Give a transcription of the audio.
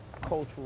cultural